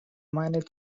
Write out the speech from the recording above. meine